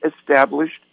established